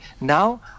now